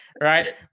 Right